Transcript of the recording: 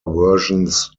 versions